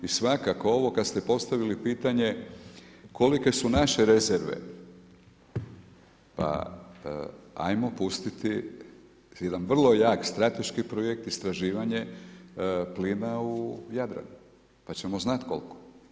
I svakako ovo kada ste postavili pitanje kolike su naše rezerve, pa ajmo pustiti jedan vrlo jak strateški projekt, istraživanje plina u Jadranu, pa ćemo znati koliko.